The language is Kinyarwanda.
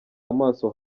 amaso